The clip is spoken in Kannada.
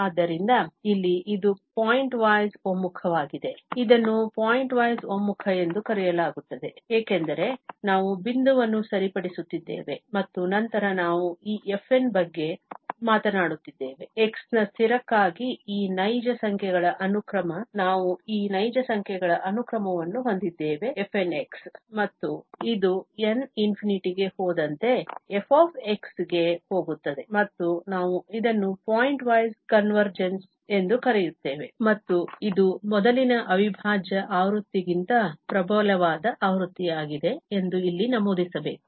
ಆದ್ದರಿಂದ ಇಲ್ಲಿ ಇದು ಪಾಯಿಂಟ್ವೈಸ್ ಒಮ್ಮುಖವಾಗಿದೆ ಇದನ್ನು ಪಾಯಿಂಟ್ವೈಸ್ ಒಮ್ಮುಖ ಎಂದು ಕರೆಯಲಾಗುತ್ತದೆ ಏಕೆಂದರೆ ನಾವು ಬಿಂದುವನ್ನು ಸರಿಪಡಿಸುತ್ತಿದ್ದೇವೆ ಮತ್ತು ನಂತರ ನಾವು ಈ fn ಬಗ್ಗೆ ಮಾತನಾಡುತ್ತಿದ್ದೇವೆ x ನ ಸ್ಥಿರಕ್ಕಾಗಿ ಈ ನೈಜ ಸಂಖ್ಯೆಗಳ ಅನುಕ್ರಮ ನಾವು ಈ ನೈಜ ಸಂಖ್ಯೆಗಳ ಅನುಕ್ರಮವನ್ನು ಹೊಂದಿದ್ದೇವೆ fn ಮತ್ತು ಇದು n ∞ ಗೆ ಹೋದಂತೆ f ಗೆ ಹೋಗುತ್ತದೆ ಮತ್ತು ನಾವು ಇದನ್ನು ಪಾಯಿಂಟ್ವೈಸ್ ಕನ್ವರ್ಜೆನ್ಸ್ ಎಂದು ಕರೆಯುತ್ತೇವೆ ಮತ್ತು ಇದು ಮೊದಲಿನ ಅವಿಭಾಜ್ಯ ಆವೃತ್ತಿಗಿಂತ ಪ್ರಬಲವಾದ ಆವೃತ್ತಿಯಾಗಿದೆ ಎಂದು ಇಲ್ಲಿ ನಮೂದಿಸಬೇಕು